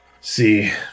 See